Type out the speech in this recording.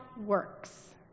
works